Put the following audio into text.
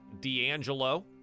D'Angelo